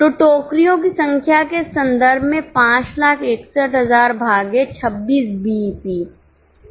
तो टोकरियों की संख्या के संदर्भ में 561600 भागे 26 बीईपी 21600 आता है